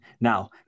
Now